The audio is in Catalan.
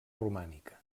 romànica